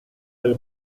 del